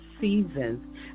seasons